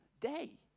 day